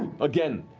again,